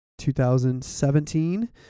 2017